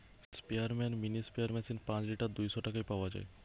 স্পেয়ারম্যান mini sprayer machine পাঁচ litre দুইশ টাকায় পাওয়া যায়